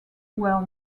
were